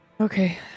Okay